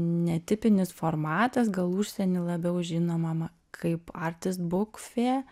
netipinis formatas gal užsienį labiau žinomama kaip artist buk fė